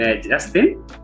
Justin